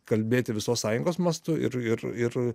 kalbėti visos sąjungos mastu ir ir ir